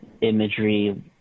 imagery